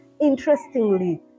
interestingly